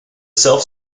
self